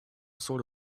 sort